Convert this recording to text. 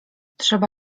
trzeba